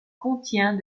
contient